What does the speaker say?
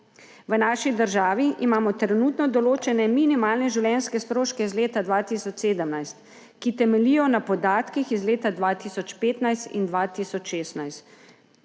V naši državi imamo trenutno določene minimalne življenjske stroške iz leta 2017, ki temeljijo na podatkih iz leta 2015 in 2016.